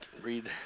Read